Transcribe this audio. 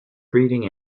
breeding